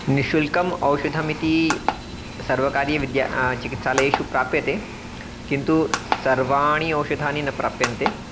निःशुल्कम् औषधमिति सर्वकारीयविद्या चिकित्सालयेषु प्राप्यते किन्तु सर्वाणि औषधानि न प्राप्यन्ते